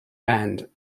band